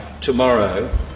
tomorrow